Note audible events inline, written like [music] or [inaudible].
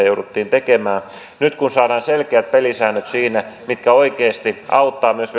[unintelligible] jouduttiin tekemään nyt kun saadaan selkeät pelisäännöt siinä mitkä oikeasti auttavat myös [unintelligible]